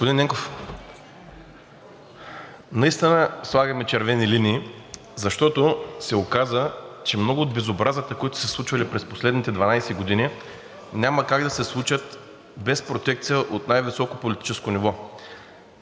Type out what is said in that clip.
Господин Ненков, наистина слагаме червени линии, защото се оказа, че много от безобразията, които са се случвали през последните 12 години, няма как да се случат без протекция от най-високо политическо ниво.